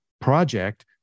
project